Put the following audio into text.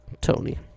Tony